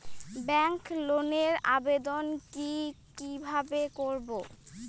Bank লোনের আবেদন কি কিভাবে করব?